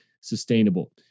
sustainable